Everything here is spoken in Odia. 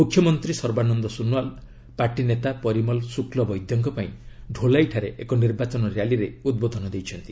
ମୁଖ୍ୟମନ୍ତ୍ରୀ ସର୍ବାନନ୍ଦ ସୋନୱାଲ ପାର୍ଟି ନେତା ପରିମଲ ଶୁକ୍ଳ ବୈଦଙ୍କ ପାଇଁ ଢୋଲାଇଠାରେ ଏକ ନିର୍ବାଚନ ର୍ୟାଲିରେ ଉଦ୍ବୋଧନ ଦେଇଛନ୍ତି